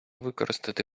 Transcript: використати